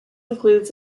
includes